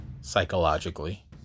psychologically